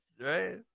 Right